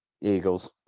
Eagles